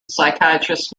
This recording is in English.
psychiatrists